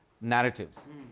narratives